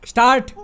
Start